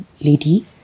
lady